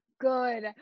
good